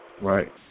Right